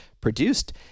produced